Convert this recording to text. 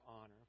honor